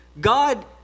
God